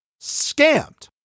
scammed